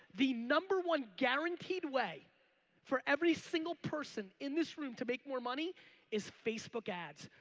the number one guaranteed way for every single person in this room to make more money is facebook ads.